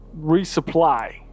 resupply